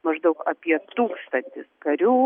maždaug apie tūkstantis karių